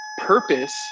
purpose